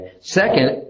Second